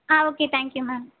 ah okay thank you ma'am